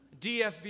DFB